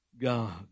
God